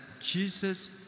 Jesus